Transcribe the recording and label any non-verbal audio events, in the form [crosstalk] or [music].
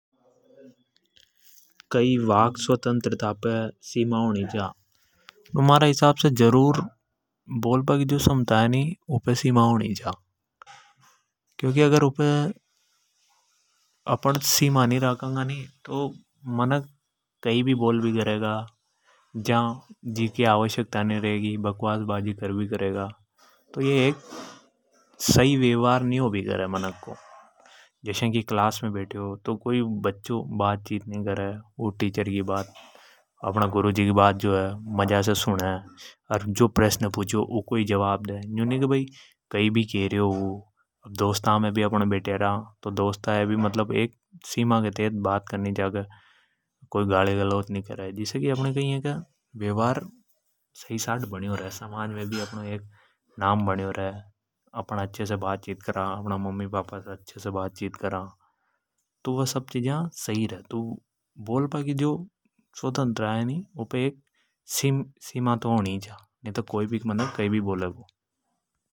कई वाक स्वतन्त्रता पे सीमा होनी चा? महारा हिसाब से बोल बा की जो क्षमता है नि उपे जरूर सीमा होनी चा। क्योंकि अगर उपे सीमा निराखान्गा तो मनख कई भी बोल भी करेगा बकवास बाजी करेगा। [noise] जस्या की क्लास मे बैठ यो कोई बच्चों तो ऊँ बात चित नि करे। अपणा गुरुजी की बात सुने जो प्रश्न पुच्यो ऊँको ही जवाब दे। [noise] दोस्ता मे भी अपण जद बैठया रा तो भी एक सीमा के भीतर बात करणी छा। जिसे की कई है की अच्छे से वेवार बन्यो रे। समाज मे भी नाव बन्यो रे। माता पिता से अच्छे से बात चित करा। तो बोलबा की एक सीमा तो होनी ही छा।